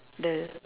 the